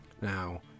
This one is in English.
Now